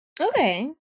Okay